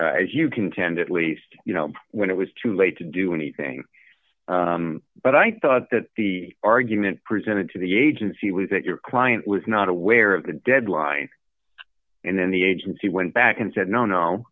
withdrawal as you contend at least you know when it was too late to do anything but i thought that the argument presented to the agency was that your client was not aware of the deadline and then the agency went back and said no no